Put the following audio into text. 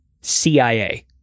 cia